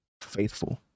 faithful